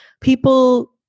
people